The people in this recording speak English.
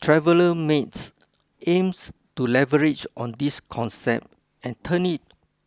Traveller Mates aims to leverage on this concept and turn it